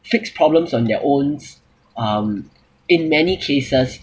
fix problems on their owns um in many cases